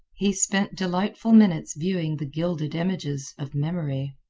he spent delightful minutes viewing the gilded images of memory.